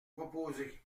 proposez